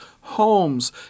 homes